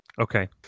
Okay